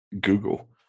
Google